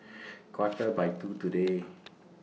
Quarter By two today